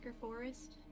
Forest